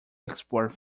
export